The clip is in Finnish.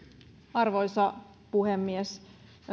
arvoisa puhemies